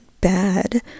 bad